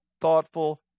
thoughtful